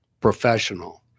professional